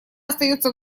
остается